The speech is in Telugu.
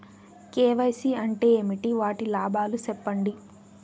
కె.వై.సి అంటే ఏమి? వాటి లాభాలు సెప్పండి?